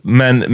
men